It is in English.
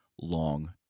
long